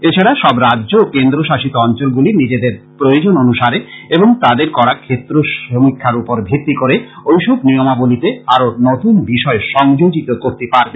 এছাড়া সব রাজ্য ও কেন্দ্রশাসিত অঞ্চলগুলি নিজেদের প্রয়োজন অনুসারে এবং তাদের করা ক্ষেত্র সমীক্ষার উপর ভিত্তি করে ঐসব নিয়মাবলীতে আরো নতুন বিষয় সংযোজিত করতে পারবে